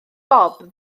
bob